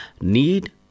need